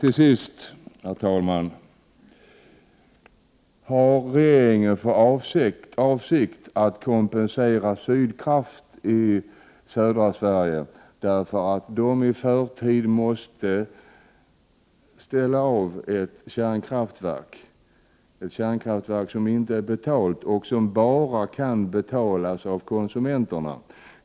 Till sist vill jag fråga om regeringen har för avsikt att kompensera Sydkraft i södra Sverige, för att Sydkraft i förtid måste ställa av ett kärnkraftverk, ett kärnkraftverk som inte är betalt och som bara kan betalas av konsumenterna?